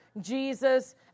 Jesus